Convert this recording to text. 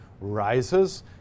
rises